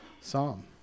psalm